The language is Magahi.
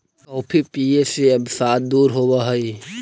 कॉफी पीये से अवसाद दूर होब हई